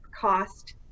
cost